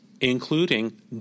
including